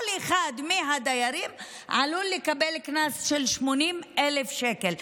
כל אחד מהדיירים עלול לקבל קנס של 80,000 שקל.